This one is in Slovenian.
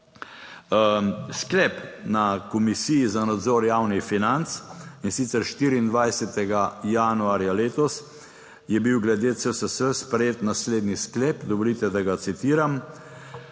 sklep na Komisiji za nadzor javnih financ in sicer 24. januarja letos je bil glede CSS sprejet naslednji sklep, dovolite, da ga citiram: